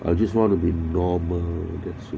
I just wanna be normal that's it